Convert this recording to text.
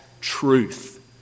truth